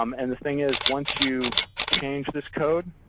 um and the thing is, once you change this code,